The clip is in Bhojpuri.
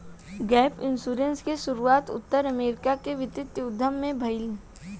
गैप इंश्योरेंस के शुरुआत उत्तर अमेरिका के वित्तीय उद्योग में भईल